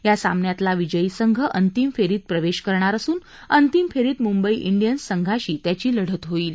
या सामन्यातला विजयी संघ अंतिम फेरीत प्रवेश करणार असून अंतिम फेरीत मुंबई इंडियन्स संघाशी त्याची लढत होईल